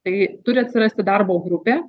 tai turi atsirasti darbo grupė